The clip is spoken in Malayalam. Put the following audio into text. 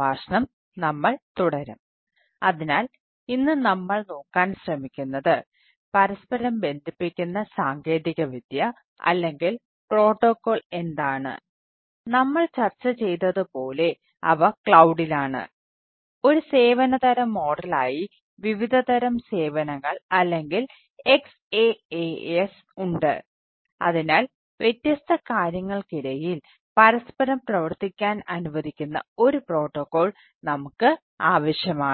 പ്രഭാഷണം - 08 XML Basics XML അടിസ്ഥാനം ക്ലൌഡ് കമ്പ്യൂട്ടിംഗിന്റെ നമുക്ക് ആവശ്യമാണ്